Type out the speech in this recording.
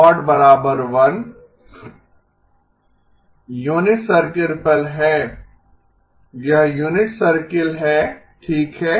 1 unit circle पर है यह यूनिट सर्कल है ठीक है